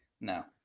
No